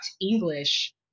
English